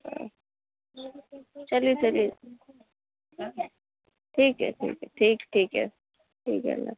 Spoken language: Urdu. ہاں چلیے چلیے ٹھیک ہے ٹھیک ہے ٹھیک ٹھیک ہے ٹھیک ہے اللہ حافظ